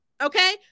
okay